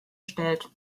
stellt